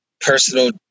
personal